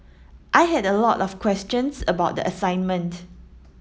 I had a lot of questions about the assignment